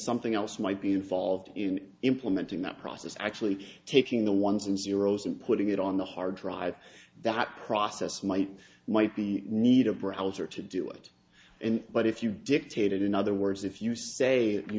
something else might be involved in implementing that process actually taking the ones and zeros and putting it on the hard drive that process might might be need a browser to do it in but if you dictate it in other words if you say you